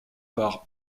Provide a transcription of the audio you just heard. par